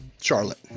Charlotte